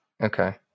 Okay